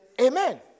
Amen